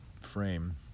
frame